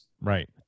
Right